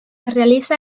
realiza